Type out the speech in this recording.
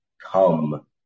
come